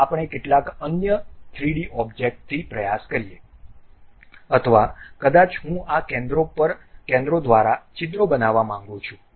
તેથી ચાલો આપણે કેટલાક અન્ય 3D ઓબ્જેક્ટથી પ્રયાસ કરીએ અથવા કદાચ હું આ કેન્દ્રો દ્વારા છિદ્રો બનાવવા માંગું છું